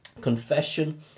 confession